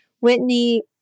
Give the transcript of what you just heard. Whitney